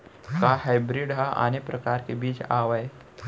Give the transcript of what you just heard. का हाइब्रिड हा आने परकार के बीज आवय?